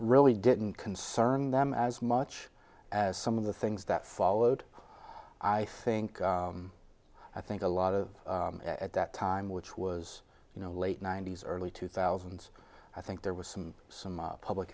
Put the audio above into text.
really didn't concern them as much as some of the things that followed i think i think a lot of at that time which was you know late ninety's early two thousand i think there was some some public